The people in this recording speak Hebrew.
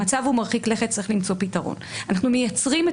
המצב הוא מרחיק לכת, צריך למצוא פתרון.